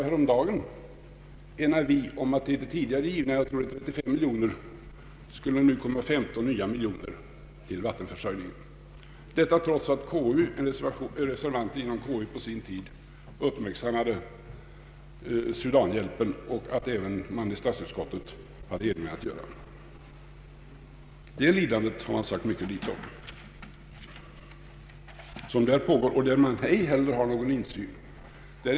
Häromdagen aviserades att till det tidigare anvisade beloppet — jag tror att det är 35 miljoner kronor — skulle komma ytterligare 15 miljoner till vattenförsörjning. Detta sker trots att reservanter i konstitutionsutskottet på sin tid uppmärksammade Sudanhjälpen och att man även i statsutskottet hade erinringar att göra. Det lidandet sägs det mycket litet om. Inte heller där förekommer någon insyn.